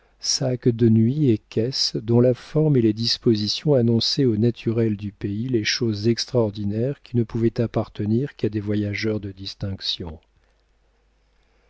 sacs de nuit et caisses dont la forme et les dispositions annonçaient aux naturels du pays les choses extraordinaires qui ne pouvaient appartenir qu'à des voyageurs de distinction